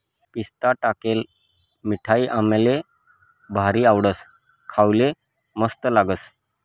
पिस्ता टाकेल मिठाई आम्हले भारी आवडस, खावाले मस्त लागस